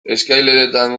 eskaileretan